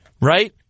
right